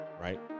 right